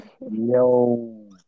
no